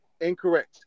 Incorrect